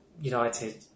United